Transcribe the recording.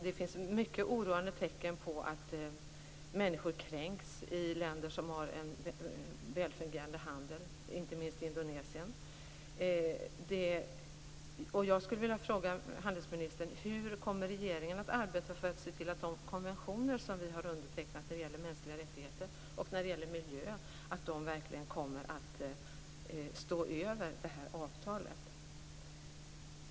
Det finns mycket oroande tecken på att människor kränks i länder som har en välfungerande handel, inte minst i Indonesien. Jag skulle vilja fråga handelsministern hur regeringen kommer att arbeta för att se till att de konventioner som vi har undertecknat när det gäller mänskliga rättigheter och när det gäller miljö verkligen kommer att stå över det här avtalet.